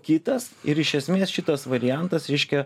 kitas ir iš esmės šitas variantas reiškia